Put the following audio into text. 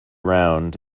round